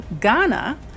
Ghana